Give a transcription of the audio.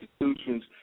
institutions